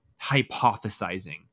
hypothesizing